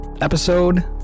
episode